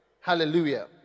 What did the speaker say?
Hallelujah